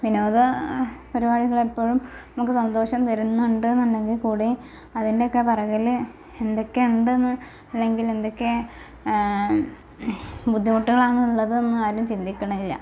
വിനോദ പരിപാടികള് എപ്പോഴും നമുക്ക് സന്തോഷം തരുന്നുണ്ട് എങ്കിൽകൂടിയും അതിൻറ്റൊക്കെ പുറകിൽ എന്തൊക്കെ ഉണ്ടെന്ന് അല്ലെങ്കിൽ എന്തൊക്കെ ബുദ്ധിമുട്ടുകളാണ് ഉള്ളത് എന്ന് ആരും ചിന്തിക്കുന്നില്ല